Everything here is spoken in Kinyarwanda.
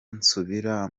nsubira